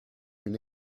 une